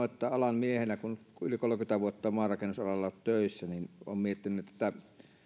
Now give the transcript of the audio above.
että alan miehenä olen ollut yli kolmekymmentä vuotta maanrakennusalalla töissä olen miettinyt tätä